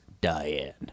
Diane